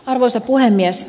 arvoisa puhemies